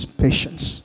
patience